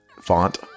font